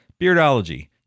Beardology